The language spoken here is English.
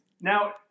Now